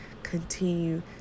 continue